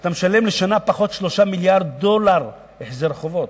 אתה משלם לשנה 3 מיליארדי דולר פחות החזר חובות.